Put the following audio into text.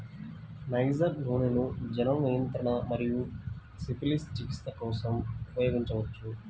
niger నూనెను జనన నియంత్రణ మరియు సిఫిలిస్ చికిత్స కోసం ఉపయోగించవచ్చు